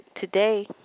today